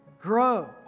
grow